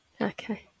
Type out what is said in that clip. Okay